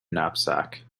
knapsack